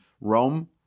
Rome